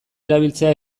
erabiltzea